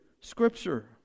scripture